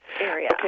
area